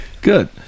good